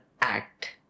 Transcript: act